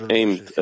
aimed